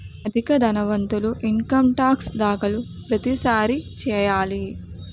అధిక ధనవంతులు income tax దాఖలు ప్రతిసారి చేయాలి